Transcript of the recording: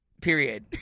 period